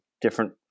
different